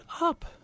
up